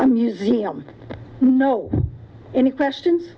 a museum no any questions